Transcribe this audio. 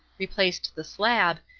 replaced the slab,